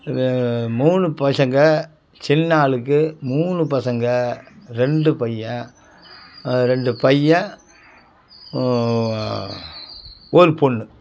இது மூணு பசங்கள் சின்ன ஆளுக்கு மூணு பசங்கள் ரெண்டு பையன் ரெண்டு பையன் ஒரு பொண்ணு